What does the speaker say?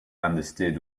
understood